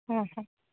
आं हां